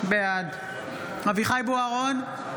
בעד אביחי אברהם בוארון,